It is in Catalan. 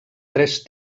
tres